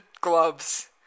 gloves